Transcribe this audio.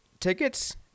Tickets